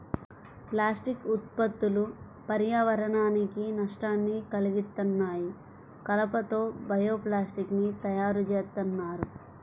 plastic ఉత్పత్తులు పర్యావరణానికి నష్టాన్ని కల్గిత్తన్నాయి, కలప తో బయో ప్లాస్టిక్ ని తయ్యారుజేత్తన్నారు